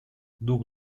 дух